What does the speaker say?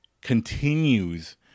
continues